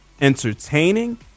entertaining